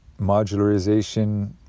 modularization